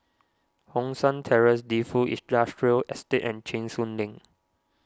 Hong San Terrace Defu Industrial Estate and Cheng Soon Lane